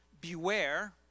beware